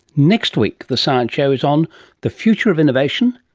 next week the science show is on the future of innovation,